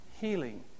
healing